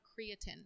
creatine